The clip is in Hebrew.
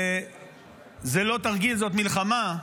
זה לא תרגיל, זאת מלחמה,